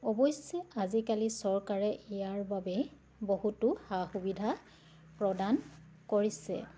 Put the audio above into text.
অৱশ্যে আজিকালি চৰকাৰে ইয়াৰ বাবে বহুতো সা সুবিধা প্ৰদান কৰিছে